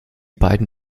beiden